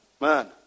Man